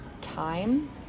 time